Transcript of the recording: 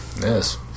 Yes